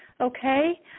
okay